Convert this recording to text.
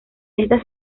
esta